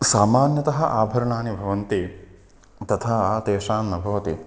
सामान्यतः आभरणानि भवन्ति तथा तेषां न भवति